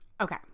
Okay